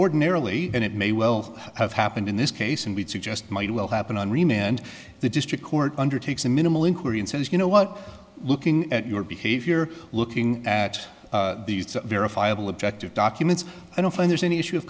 ordinarily and it may well have happened in this case and we'd suggest might well happen on remand the district court undertakes a minimal inquiry and says you know what looking at your behavior looking at verifiable objective documents i don't find there's any issue of